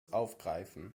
aufgreifen